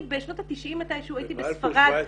אני בשנות ה-90 הייתי בספרד,